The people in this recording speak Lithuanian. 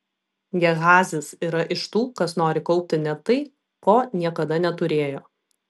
gehazis yra iš tų kas nori kaupti net tai ko niekada neturėjo